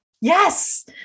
yes